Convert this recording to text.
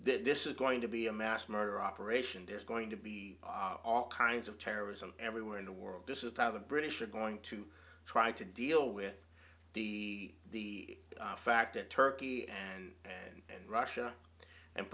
this is going to be a mass murder operation there's going to be all kinds of terrorism everywhere in the world this is how the british are going to try to deal with the fact that turkey and then and russia and